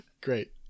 Great